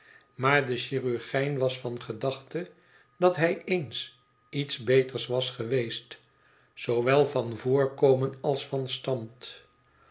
maar de chirurgijn was van gedachte dat hij eens iets beters was geweest zoowel van voorkomen als van stand